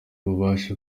ububasha